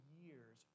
years